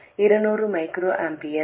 200 microamperes